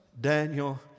Daniel